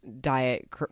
Diet